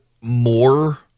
more